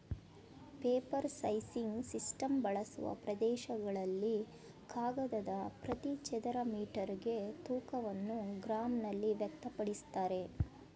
paper sizing system ಬಳಸುವ ಪ್ರದೇಶಗಳಲ್ಲಿ ಕಾಗದದ ಪ್ರತಿ ಚದರ ಮೀಟರ್ಗೆ ತೂಕವನ್ನು ಗ್ರಾಂನಲ್ಲಿ ವ್ಯಕ್ತಪಡಿಸ್ತಾರೆ